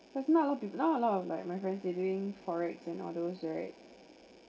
that's not a lot pe~ not a lot of like my friends they're doing forex and all those right